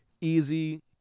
Easy